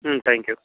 ம் தேங்க்கியூ